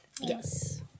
Yes